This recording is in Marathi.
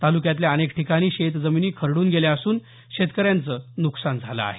तालुक्यातल्या अनेक ठिकाणी शेतजमिनी खरडून गेल्या असून शेतकऱ्यांचं नुकसान झालं आहे